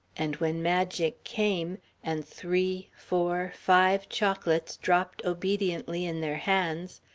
and when magic came and three, four, five chocolates dropped obediently in their hands,